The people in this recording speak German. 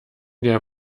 der